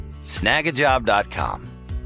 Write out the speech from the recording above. Snagajob.com